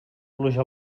pluja